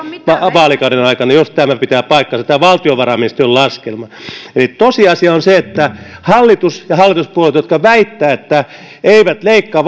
vaalikauden aikana jos tämä pitää paikkansa ja tämä on valtiovarainministeriön laskelma eli tosiasia on se että hallitus ja hallituspuolueet jotka väittävät että eivät leikkaa